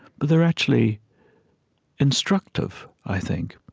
but they're actually instructive, i think.